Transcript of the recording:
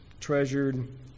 treasured